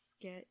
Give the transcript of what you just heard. get